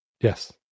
Yes